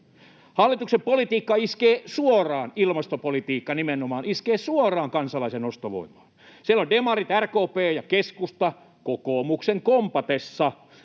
Hallituksen ilmastopolitiikka iskee suoraan kansalaisen ostovoimaan. Siellä demarit, RKP ja keskusta — kokoomuksen kompatessa